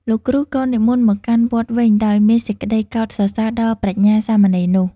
លោកគ្រូក៏និមន្តមកកាន់វត្តវិញដោយមានសេចក្តីកោតសរសើរដល់ប្រាជ្ញាសាមណេរនោះ។